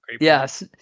Yes